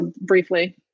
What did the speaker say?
briefly